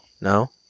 No